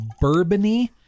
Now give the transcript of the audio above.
bourbon-y